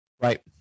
Right